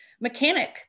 mechanic